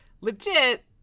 legit